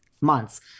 months